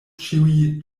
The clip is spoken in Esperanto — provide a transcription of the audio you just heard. ĉiuj